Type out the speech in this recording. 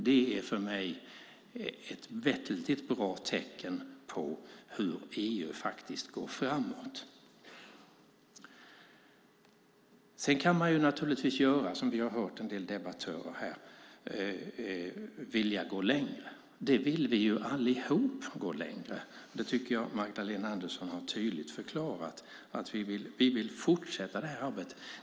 Det är för mig ett bra tecken på hur EU går framåt. Vi har hört att en del debattörer vill gå längre. Vi vill alla gå längre. Magdalena Andersson har tydligt förklarat att vi vill fortsätta arbetet.